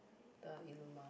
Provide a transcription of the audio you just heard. the Illuma